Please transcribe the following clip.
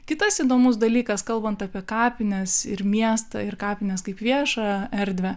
kitas įdomus dalykas kalbant apie kapines ir miestą ir kapines kaip viešą erdvę